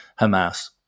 Hamas